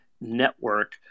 network